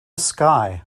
sky